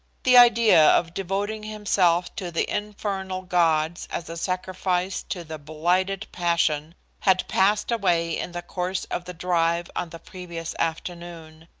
the idea of devoting himself to the infernal gods as a sacrifice to the blighted passion had passed away in the course of the drive on the previous afternoon.